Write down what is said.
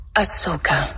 Ahsoka